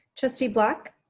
trustee black.